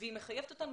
והיא מחייבת אותנו